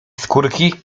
skórki